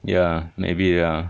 ya maybe you are